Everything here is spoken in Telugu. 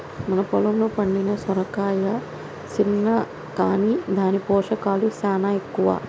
మన పొలంలో పండిన సొరకాయ సిన్న కాని దాని పోషకాలు సాలా ఎక్కువ